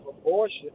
abortion